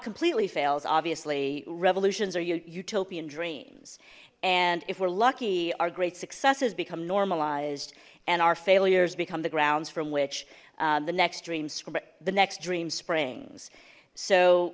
completely fails obviously revolutions are utopian dreams and if we're lucky our great successes become normalized and our failures become the grounds from which the next dreams from the next dream springs so